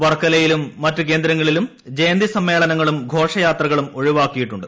വർക്കലയിലും മറ്റ് കേന്ദ്രങ്ങളിലും ജയന്തി സമ്മേളന ങ്ങളും ഘോഷയാത്രകളും ഒഴിവാക്കിയിട്ടുണ്ട്